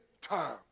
time